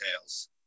Tales